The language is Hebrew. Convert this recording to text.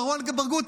מרואן ברגותי,